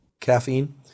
caffeine